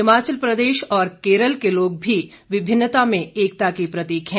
हिमाचल प्रदेश और केरल के लोग भी विभिन्नता में एकता के प्रतीक हैं